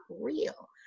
real